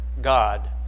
God